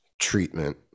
treatment